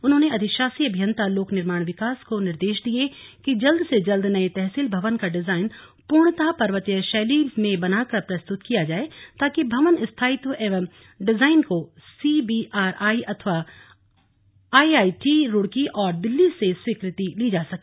उन्होने अधिशासी अभियन्ता लोनिवि को निर्देश दिये कि जल्द से जल्द नये तहसील भवन का डिजाइन पूर्णतः पर्वतीय शैली में बनाकर प्रस्तुत किया जाए ताकि भवन स्थायित्व एवं डिजाइन को सीबीआरआई अथवा आईआईटी रूडकी व दिल्ली से स्वीकृति ली जा सके